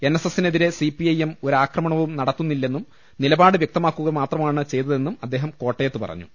N S എസിനെതിരെ CPIM ഒരു ആക്രമണവും നടത്തുന്നി ല്ലെന്നും നിലപാട് വ്യക്തമാക്കുക മാത്രമാണ് ചെയ്തതെന്നും അദ്ദേഹം കോട്ടയത്ത് പറഞ്ഞു